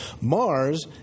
Mars